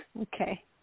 Okay